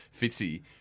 Fitzy